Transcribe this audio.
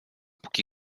póki